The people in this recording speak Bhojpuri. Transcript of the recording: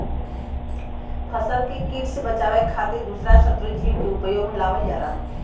फसल के किट से बचावे खातिर दूसरा शत्रु जीव के उपयोग में लावल जाला